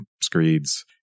screeds